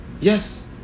Yes